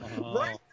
right